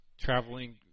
traveling